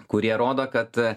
kurie rodo kad